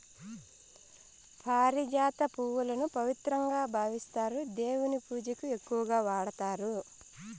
పారిజాత పువ్వులను పవిత్రంగా భావిస్తారు, దేవుని పూజకు ఎక్కువగా వాడతారు